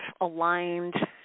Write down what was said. aligned